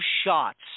shots